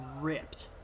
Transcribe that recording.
ripped